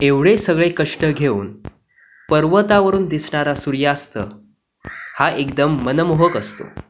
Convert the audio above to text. एवढे सगळे कष्ट घेऊन पर्वतावरून दिसणारा सूर्यास्त हा एकदम मनमोहक असतो